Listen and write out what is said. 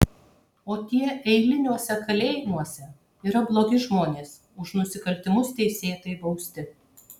o tie eiliniuose kalėjimuose yra blogi žmonės už nusikaltimus teisėtai bausti